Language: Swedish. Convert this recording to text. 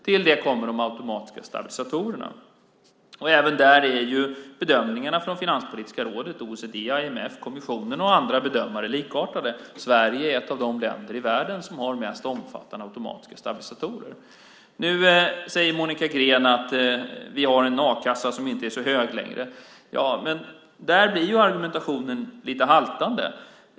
Till detta kommer de automatiska stabilisatorerna. Även där är bedömningarna från bland annat Finanspolitiska rådet, OECD, IMF och kommissionen likartade. Sverige är ett av de länder i världen som har de mest omfattande automatiska stabilisatorerna. Nu säger Monica Green att vi har en a-kassa som inte längre är så hög. Men där blir argumentationen lite haltande.